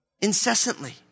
incessantly